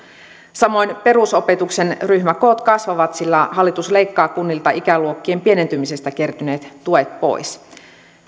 samoin perusopetuksen ryhmäkoot kasvavat sillä hallitus leikkaa kunnilta ikäluokkien pienentymisestä kertyneet tuet pois